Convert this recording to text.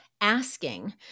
asking